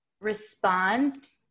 respond